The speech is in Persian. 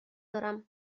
دارم